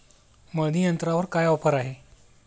मळणी यंत्रावर काय ऑफर आहे?